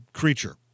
creature